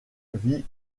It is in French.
vit